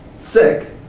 sick